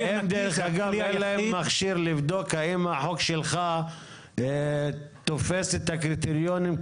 אין להם מכשיר לבדוק האם החוק שלך תופס את הקריטריונים,